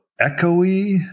echoey